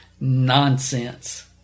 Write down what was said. nonsense